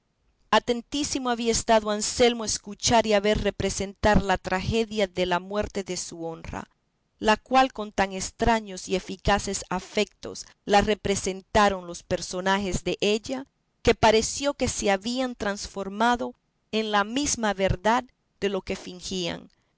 atentísimo había estado anselmo a escuchar y a ver representar la tragedia de la muerte de su honra la cual con tan estraños y eficaces afectos la representaron los personajes della que pareció que se habían transformado en la misma verdad de lo que fingían